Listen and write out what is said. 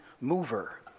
mover